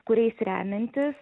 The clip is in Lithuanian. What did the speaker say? kuriais remiantis